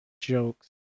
jokes